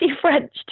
French